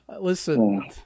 Listen